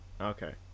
Okay